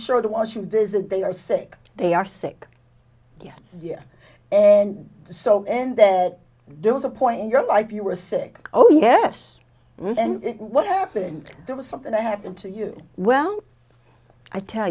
sure to watch you visit they are sick they are sick yes and so and then there was a point in your life you were sick oh yes and what happened there was something i happened to you well i tell